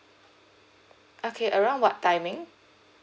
okay around what timing